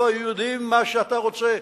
ולא היו יודעים מה אתה רוצה,